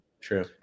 True